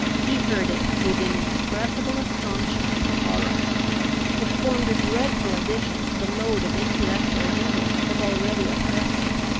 he heard it with inexpressible astonishment and horror it formed a dreadful addition to the load of intellectual anguish that already oppressed him.